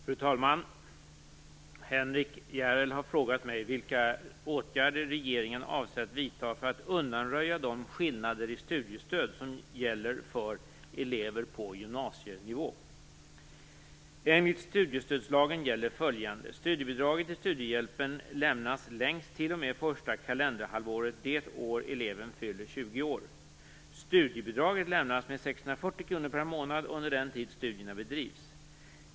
Fru talman! Henrik S Järrel har frågat mig vilka åtgärder regeringen avser att vidta för att undanröja de skillnader i studiestöd som gäller för elever på gymnasienivå. Enligt studiestödslagen gäller följande. Studiebidraget i studiehjälpen lämnas längst t.o.m. första kalenderhalvåret det år eleven fyller 20 år. Studiebidraget lämnas med 640 kr per månad under den tid studierna bedrivs.